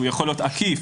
הוא יכול להיות עקיף,